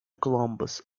columbus